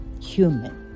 human